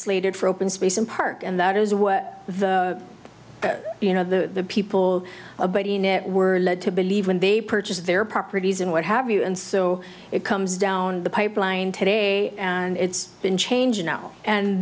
slated for open space in park and that is what the you know the people about the net were led to believe when they purchased their properties and what have you and so it comes down the pipeline today and it's been changing now and